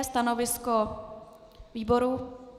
Stanovisko výboru?